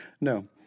no